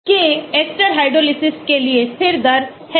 k ester hydrolysis के लिए स्थिर दर है